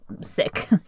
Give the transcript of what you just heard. sick